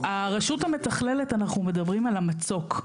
הרשות המתכללת אנחנו מדברים על המצוק.